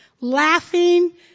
laughing